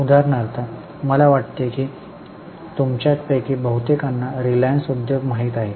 उदाहरणार्थ मला वाटते की तुमच्यापैकी बहुतेकांना रिलायन्स उद्योग माहित आहेत